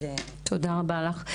תודה רבה לך.